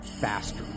faster